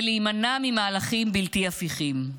ולהימנע ממהלכים בלתי הפיכים.